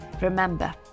remember